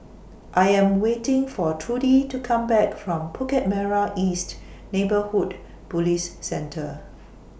I Am waiting For Trudy to Come Back from Bukit Merah East Neighbourhood Police Centre